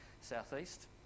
Southeast